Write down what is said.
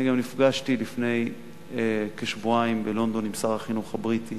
אני גם נפגשתי לפני כשבועיים בלונדון עם שר החינוך הבריטי.